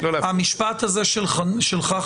המשפט הזה שלך,